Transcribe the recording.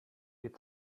die